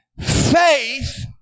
faith